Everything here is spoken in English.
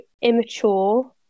immature